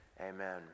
Amen